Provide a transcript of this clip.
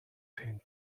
tend